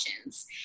options